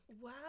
Wow